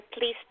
please